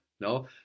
No